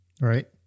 Right